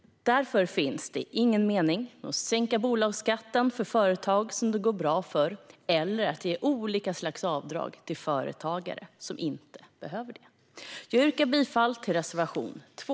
Därför finns det ingen mening med att sänka bolagsskatten för företag som det går bra för eller att ge olika slags avdrag till företagare som inte behöver det. Jag yrkar bifall till reservation 2.